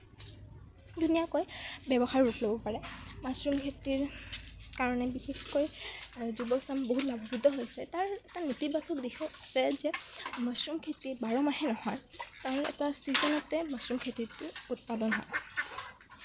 ধুনীয়াকৈ ব্যৱসায়ৰ ৰূপ ল'ব পাৰে মাছৰুম খেতিৰ কাৰণে বিশেষকৈ যুৱচাম বহুত লাভান্ৱিত হৈছে তাৰ তাৰ নেতিবাচক দিশো আছে যে মাছৰুম খেতি বাৰ মাহেই নহয় কাৰণ এটা চিজনতে মাছৰুম খেতিটো উৎপাদন হয়